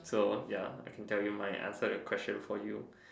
so ya I can tell you mine answer your question for you